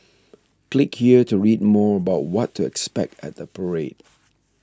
click here to read more about what to expect at the parade